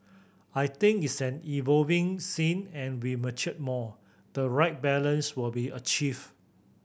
I think it's an evolving scene and we mature more the right balance will be achieved